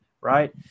right